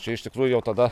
čia iš tikrųjų jau tada